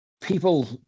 people